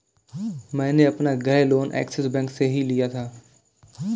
मैंने अपना गृह लोन ऐक्सिस बैंक से ही लिया था